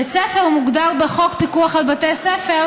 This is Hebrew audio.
"בית ספר" מוגדר בחוק פיקוח על בתי ספר